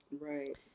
right